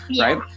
Right